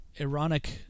ironic